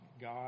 God